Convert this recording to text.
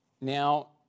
Now